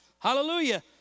Hallelujah